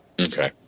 Okay